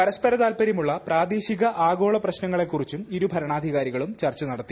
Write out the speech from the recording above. പരസ്പര താൽപ്പര്യമുള്ള പ്രാദേശിക ആഗ്ഗോള് പ്രശ്നങ്ങളെക്കുറിച്ചും ഇരു ഭരണാധികാരികളും ചർച്ച നട്ടത്തി